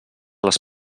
les